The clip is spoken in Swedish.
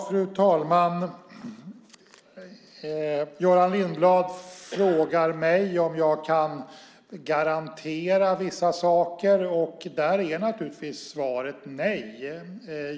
Fru talman! Göran Lindblad frågar mig om jag kan garantera vissa saker, och där är naturligtvis svaret nej.